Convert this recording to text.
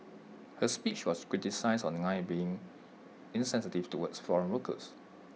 her speech was criticised online being insensitive towards from workers